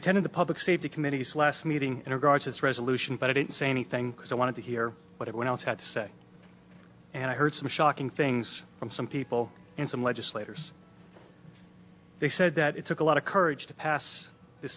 attended the public safety committee's last meeting in regards its resolution but i didn't say anything because i wanted to hear what it once had to say and i heard some shocking things from some people and some legislators they said that it took a lot of courage to pass th